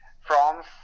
France